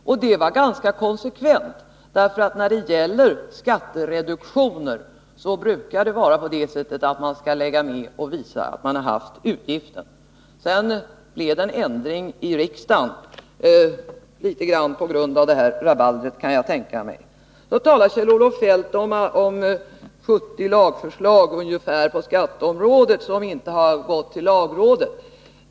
Och det var ganska konsekvent, för när det gäller skattereduktioner brukar det vara på det viset att man skall lägga med bevis på att man har haft utgiften. Sedan blev det en ändring i riksdagen, delvis på grund av det här rabaldret, kan jag tänka mig. Så talar Kjell-Olof Feldt om ungefär 70 lagförslag på skatteområdet som inte har gått till lagrådet.